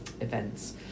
events